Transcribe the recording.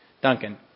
Duncan